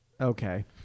Okay